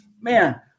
man